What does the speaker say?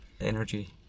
energy